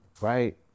right